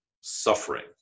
suffering